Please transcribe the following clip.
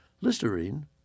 Listerine